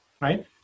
right